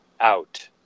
out